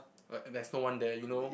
uh there's no one there you know